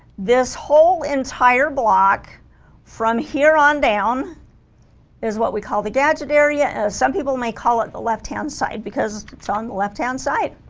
this whole entire block from here on down is what we call the gadget area some people may call it the left-hand side because it's on the left-hand side